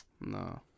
No